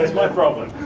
my problem.